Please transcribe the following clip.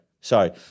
sorry